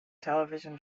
television